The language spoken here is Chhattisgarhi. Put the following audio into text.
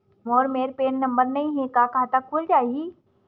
मोर मेर पैन नंबर नई हे का खाता खुल जाही?